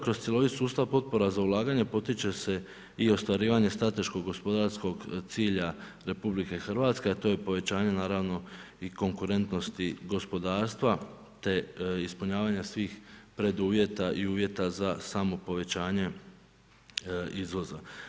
Kroz cjelovit sustav potpora za ulaganje potiče se i ostvarivanje strateškog gospodarskog cilja Republike Hrvatske, a to je povećanje naravno i konkurentnosti gospodarstva te ispunjavanja svih preduvjeta i uvjeta za samo povećanje izvoza.